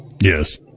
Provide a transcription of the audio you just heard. Yes